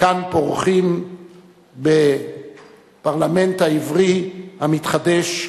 כאן פורחים בפרלמנט העברי המתחדש,